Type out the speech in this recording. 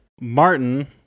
Martin